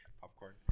Popcorn